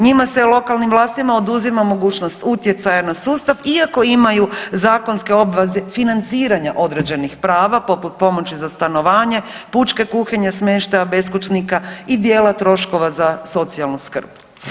Njima se lokalnim vlastima oduzima mogućnost utjecaja na sustav iako imaju zakonske obveze financiranja određenih prava poput pomoći za stanovanje, pučke kuhinje, smještaja beskućnika i dijela troškova za socijalnu skrb.